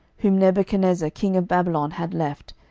whom nebuchadnezzar king of babylon had left,